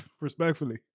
Respectfully